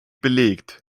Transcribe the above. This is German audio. belegt